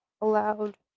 allowed